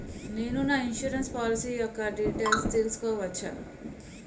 నేను నా insurance policy యెక్క డీటైల్స్ తెల్సుకోవచ్చా?